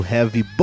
Heavy